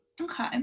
okay